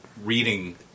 reading